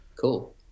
cool